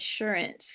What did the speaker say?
insurance